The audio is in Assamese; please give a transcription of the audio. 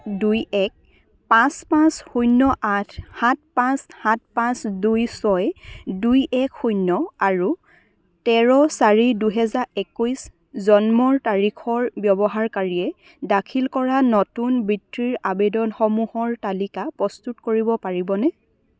দুই এক পাঁচ পাঁচ শূন্য আঠ সাত পাঁচ সাত পাঁচ দুই ছয় দুই এক শূন্য আৰু তেৰ চাৰি দুহেজাৰ একৈছ জন্মৰ তাৰিখৰ ব্যৱহাৰকাৰীয়ে দাখিল কৰা নতুন বৃত্তিৰ আৱেদনসমূহৰ তালিকা প্ৰস্তুত কৰিব পাৰিবনে